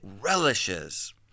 relishes